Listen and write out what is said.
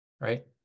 right